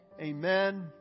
Amen